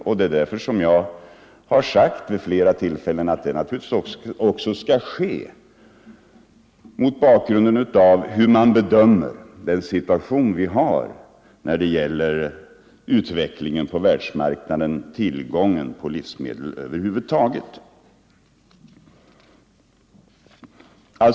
= tiken Jag har vid flera tillfällen sagt att det skall ske mot bakgrunden av hur man bedömer utvecklingen på världsmarknaden — tillgången på livsmedel över huvud taget.